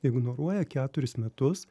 ignoruoja keturis metus